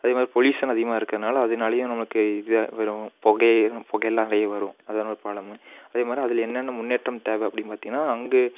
அதேமாதிரி பொல்யூஷன் அதிகமாக இருக்கறதுனால அதுனாலேயும் நமக்கு இதாக வரும் புகை புகைலாம் நிறைய வரும் அதலாம் ஒரு ப்ராப்ளமு அதேமாதிரி அதில் என்னென்ன முன்னேற்றம் தேவை அப்படின்னு பார்த்தீங்கன்னா அங்கு